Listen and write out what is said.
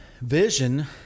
vision